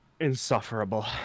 insufferable